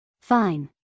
Fine